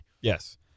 Yes